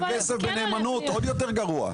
עוד יותר גרוע.